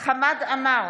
חמד עמאר,